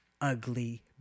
ugly